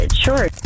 sure